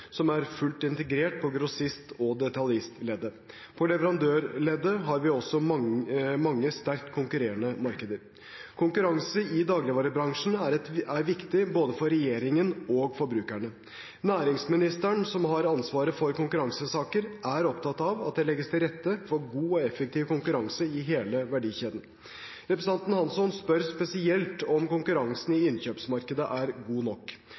fullt integrert på grossist- og detaljistleddet. I leverandørleddet har vi også mange sterkt konsentrerte markeder. Konkurranse i dagligvarebransjen er viktig både for regjeringen og for forbrukerne. Næringsministeren, som har ansvaret for konkurransesaker, er opptatt av at det legges til rette for god og effektiv konkurranse i hele verdikjeden. Representanten Hansson spør spesielt om konkurransen i innkjøpsmarkedet er god nok.